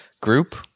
group